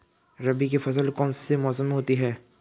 रबी की फसल कौन से मौसम में होती है?